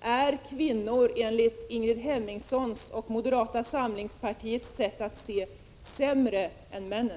Anser Ingrid Hemmingsson och moderaterna i övrigt att kvinnorna är sämre än männen?